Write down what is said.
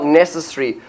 necessary